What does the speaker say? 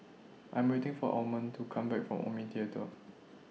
I Am waiting For Almond to Come Back from Omni Theatre